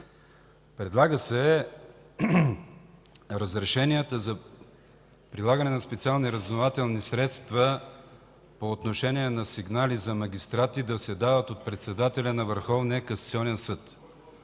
Предлага се разрешенията за прилагане на специални разузнавателни средства по отношение на сигнали за магистрати да се дават от председателя на Върховния касационен съд,